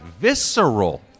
visceral